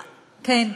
כן?